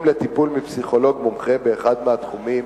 לטיפול מפסיכולוג מומחה באחד מהתחומים,